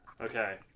Okay